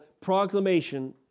proclamation